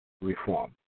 reform